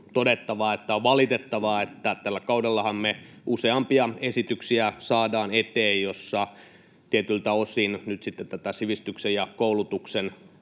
että on valitettavaa, että tällä kaudellahan me saadaan eteen useampia esityksiä, joissa tietyiltä osin nyt sitten tätä sivistyksen ja koulutuksen